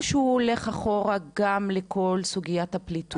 או שהוא הולך אחורה גם לכל סוגיית הפליטות.